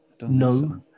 No